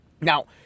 Now